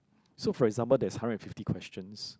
so for example there's hundred and fifty questions